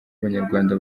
abanyarwanda